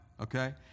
Okay